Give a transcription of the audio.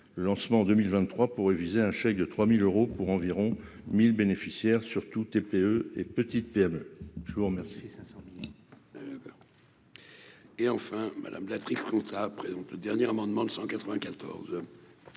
lancement en 2023 pour réviser un chèque de 3000 euros pour environ 1000 bénéficiaires surtout TPE et petites PME, je vous remercie.